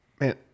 Man